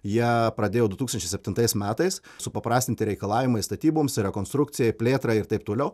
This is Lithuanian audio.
jie pradėjo du tūkstančiai septintais metais supaprastinti reikalavimai statyboms rekonstrukcijai plėtrai ir taip toliau